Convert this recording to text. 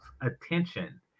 attention